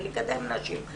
ולקדם נשים,